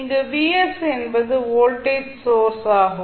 இங்கு Vs என்பது voltage source ஆகும்